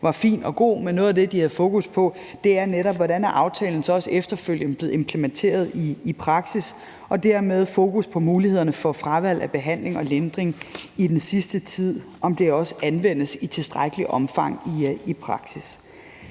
var fin og god, men noget af det, de havde fokus på, var netop, hvordan aftalen så efterfølgende er blevet implementeret i praksis, og at de dermed havde fokus på mulighederne for fravalg af behandling og lindring i den sidste tid – om det også anvendes i tilstrækkeligt omfang i praksis.